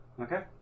Okay